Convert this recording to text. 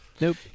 Nope